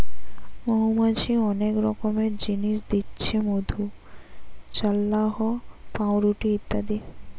মৌমাছি অনেক রকমের জিনিস দিচ্ছে মধু, চাল্লাহ, পাউরুটি ইত্যাদি